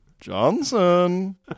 Johnson